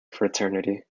fraternity